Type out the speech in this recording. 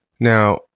Now